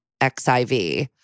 XIV